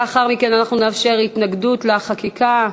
לאחר מכן נאפשר התנגדות לחקיקה,